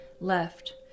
left